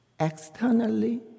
externally